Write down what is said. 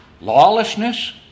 lawlessness